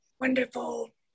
wonderful